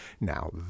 Now